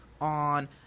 on